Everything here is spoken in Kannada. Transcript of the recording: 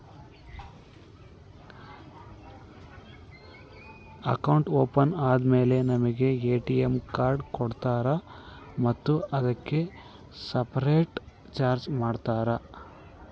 ಅಕೌಂಟ್ ಓಪನ್ ಆದಮೇಲೆ ನನಗೆ ಎ.ಟಿ.ಎಂ ಕಾರ್ಡ್ ಕೊಡ್ತೇರಾ ಮತ್ತು ಅದಕ್ಕೆ ಸಪರೇಟ್ ಚಾರ್ಜ್ ಮಾಡ್ತೇರಾ?